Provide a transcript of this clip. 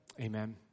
Amen